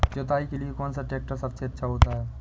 जुताई के लिए कौन सा ट्रैक्टर सबसे अच्छा होता है?